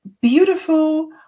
beautiful